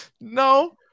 No